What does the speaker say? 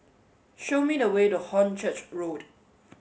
show me the way to Hornchurch Road